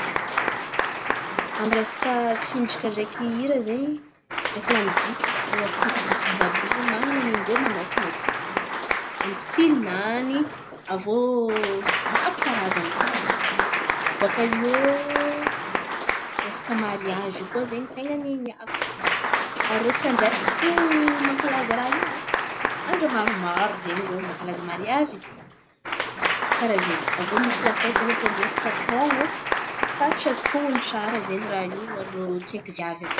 Amy resaka tsinjaka ndreky hira zen̈y ndreky la mozika, irô Afriky dio Sioda àby iô zen̈y, man̈ana nin-drô manôkan̈a ze, amy stilin̈any, avô maro karazan̈y koa. Abaka iô resaka mariazy iô koa zen̈y ten̈a miavaka ary irô tsy andra araiky fô mankalaza raha iô ô. Andra maromaro zen̈y mankalaza mariazy iô fô, karà ze. Avô misy la fety zen̈y ataon-drô isaka taon̈o. Fa tsy azoko honon̈o tsara zen̈y raha iô ho an-drô tsaiky viavy àby io.